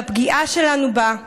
והפגיעה שלנו בה,